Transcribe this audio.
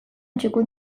txukun